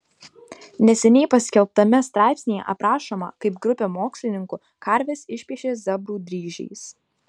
neseniai paskelbtame straipsnyje aprašoma kaip grupė mokslininkų karves išpiešė zebrų dryžiais